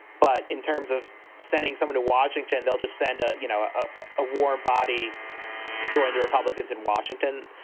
but in terms of sending someone to washington, they'll just send a, you know, ah ah a warm body to join the republicans in washington.